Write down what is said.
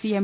C M